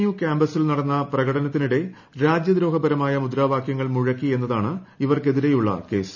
U കാമ്പസിൽ നടന്ന പ്രകടനത്തിനിടെ രാജ്യദ്രോഹപരമായ്ട്ട മുദ്രാവാക്യങ്ങൾ മുഴക്കി എന്നതാണ് ഇവർക്കെതിരെയുള്ളൂ കേസ്